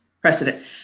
Precedent